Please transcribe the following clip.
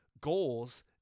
goals